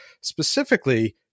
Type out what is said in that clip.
specifically